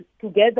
together